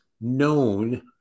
known